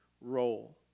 role